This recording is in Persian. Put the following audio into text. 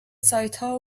سایتها